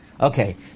Okay